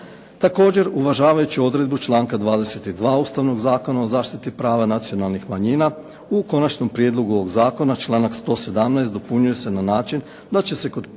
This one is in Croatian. Također uvažavajući odredbu članka 22. Ustavnog zakona o zaštiti prava nacionalnih manjina u konačnom prijedlogu ovog zakona članak 117. dopunjuje se na način da će se kod prijama